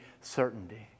certainty